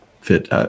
fit